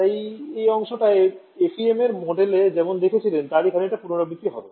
তাই এই অংশটা FEM Model এ যেমন দেখেছিলেন তারই খানিকটা পুনরাবৃত্তি হবে